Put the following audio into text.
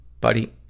Buddy